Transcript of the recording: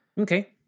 Okay